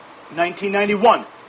1991